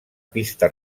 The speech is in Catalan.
pista